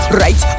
right